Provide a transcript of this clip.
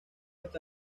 está